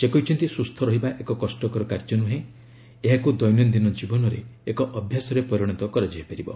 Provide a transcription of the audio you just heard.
ସେ କହିଛନ୍ତି ସୁସ୍ଥ ରହିବା ଏକ କଷ୍ଟକର କାର୍ଯ୍ୟ ନୁହେଁ ଏହାକୁ ଦୈନନ୍ଦିନ ଜୀବନରେ ଏକ ଅଭ୍ୟାସରେ ପରିଣତ କରାଯାଇପାରିବ